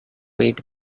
eat